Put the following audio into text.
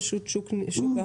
רשות שוק ההון,